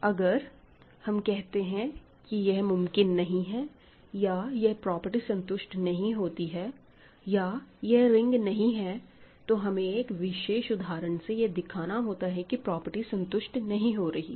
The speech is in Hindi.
अगर हम कहते हैं कि यह मुमकिन नहीं है या यह प्रॉपर्टी संतुष्ट नहीं होती है या यह रिंग नहीं है तो हमें एक विशेष उदाहरण से यह दिखाना होता है की प्रॉपर्टी संतुष्ट नहीं हो रही है